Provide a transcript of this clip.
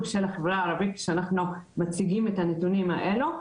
של החברה הערבית כשאנחנו מציגים את הנתונים האלו,